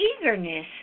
eagerness